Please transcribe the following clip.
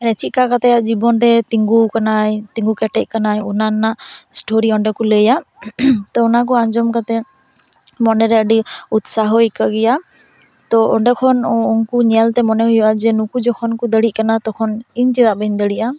ᱪᱮᱫ ᱞᱮᱠᱟ ᱠᱟᱛᱮᱜ ᱟᱭᱟᱜ ᱡᱤᱵᱚᱱ ᱨᱮᱭ ᱛᱤᱜᱩ ᱟᱠᱟᱱᱟᱭ ᱛᱤᱜᱤ ᱠᱮᱴᱮᱡ ᱟᱠᱟᱱᱟᱭ ᱚᱱᱟ ᱨᱮᱱᱟᱜ ᱥᱴᱳᱨᱤ ᱚᱸᱰᱮ ᱠᱚ ᱞᱟᱹᱭᱟ ᱛᱚ ᱚᱱᱟ ᱠᱚ ᱟᱸᱡᱚᱢ ᱠᱟᱛᱮᱜ ᱢᱚᱱᱮ ᱨᱮ ᱟᱹᱰᱤ ᱩᱛᱥᱟᱦᱚ ᱟᱭᱠᱟᱹᱜ ᱜᱮᱭᱟ ᱛᱚ ᱚᱸᱰᱮ ᱠᱷᱚᱱ ᱩᱱᱠᱩ ᱧᱮᱞᱛᱮ ᱢᱚᱱᱮ ᱦᱩᱭᱩᱜᱼᱟ ᱡᱮ ᱱᱩᱠᱩ ᱡᱚᱠᱷᱚᱱ ᱠᱚ ᱫᱟᱲᱮᱜ ᱠᱟᱱᱟ ᱛᱚᱠᱷᱚᱱ ᱤᱧ ᱪᱮᱫᱟᱜ ᱵᱟᱹᱧ ᱫᱟᱲᱮᱭᱟᱜᱼᱟ